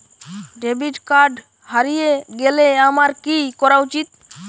Debit card হারিয়ে গেলে আমার কি করা উচিৎ?